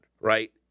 right